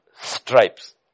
stripes